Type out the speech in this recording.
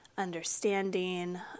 understanding